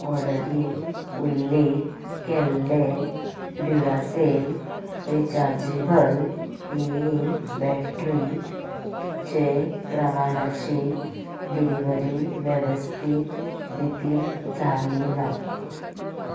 ऑर्डरींत उल्लेख केल्ले ड्युरासेल रिचार्जेबल एए बॅटरीचे प्रमाणाची डिलिव्हरी वेवस्थीत रितीन जाली ना